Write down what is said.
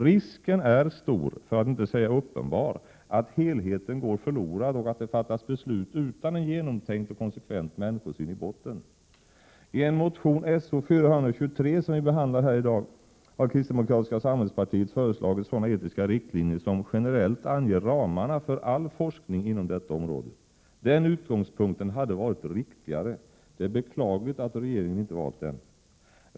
Risken är stor för att inte säga uppenbar att helheten går förlorad och att det fattas beslut utan en genomtänkt och konsekvent människosyn i botten. I motion §0423, som vi behandlar här i Prot. 1987/88:136 dag, har kristdemokratiska samhällspartiet föreslagit sådana etiska riktlinjer 8 juni 1988 som generellt anger ramarna för all forskning inom detta område. Den utgångspunkten hade varit riktigare. Det är beklagligt att regeringen inte valt den.